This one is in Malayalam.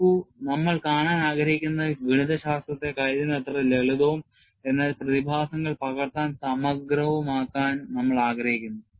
നോക്കൂ നമ്മൾ കാണാൻ ആഗ്രഹിക്കുന്നത് ഗണിതശാസ്ത്രത്തെ കഴിയുന്നത്ര ലളിതവും എന്നാൽ പ്രതിഭാസങ്ങൾ പകർത്താൻ സമഗ്രവുമാക്കാൻ നമ്മൾ ആഗ്രഹിക്കുന്നു